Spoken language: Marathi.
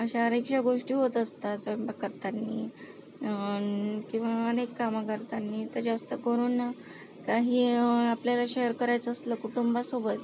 अनेकशा गोष्टी होत असतात स्वयंपाक करताना किंवा अनेक कामं करताना तर जास्त करून काही आपल्याला शेअर करायचं असलं कुटुंबासोबत